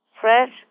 fresh